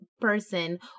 person